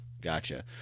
Gotcha